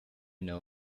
know